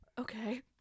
okay